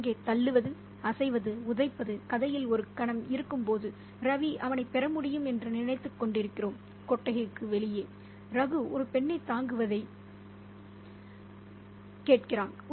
அங்கே தள்ளுவது அசைவது உதைப்பது கதையில் ஒரு கணம் இருக்கும்போது ரவி அவனைப் பெற முடியும் என்று நினைத்துக்கொண்டிருக்கிறோம் கொட்டகைக்கு வெளியே ரகு ஒரு பெண்ணைத் தாங்குவதைக் கேட்கிறான்